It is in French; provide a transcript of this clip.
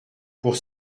pour